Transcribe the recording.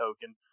token